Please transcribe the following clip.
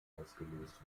ausgelöst